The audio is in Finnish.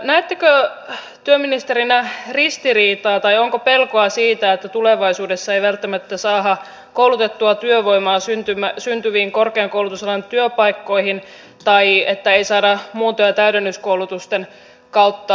näettekö työministerinä ristiriitaa tai onko pelkoa siitä että tulevaisuudessa ei välttämättä saada koulutettua työvoimaa syntyviin korkean koulutusalan työpaikkoihin tai että ei saada muunto ja täydennyskoulutusten kautta